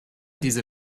diese